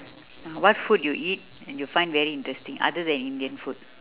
what food you eat and you found very interesting other than Indian food